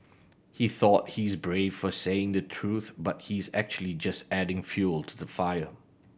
he thought he's brave for saying the truth but he's actually just adding fuel to the fire